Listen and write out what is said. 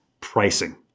pricing